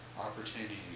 opportunity